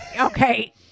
Okay